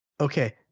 Okay